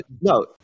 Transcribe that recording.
No